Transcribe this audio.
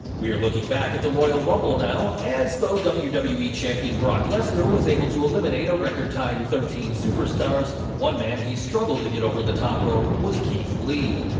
we're looking back at the royal rumble now, as though wwe wwe champion brock lesnar was able to eliminate a record-tying thirteen superstars, one man he struggled to get over the top rope was keith lee.